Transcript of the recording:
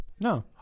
No